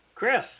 Chris